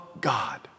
God